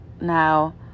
Now